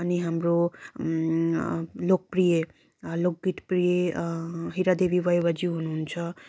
अनि हाम्रो लोकप्रिय लोकगीत प्रिय हिरादेवी वाइबाज्यू हुनुहुन्छ